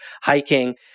hiking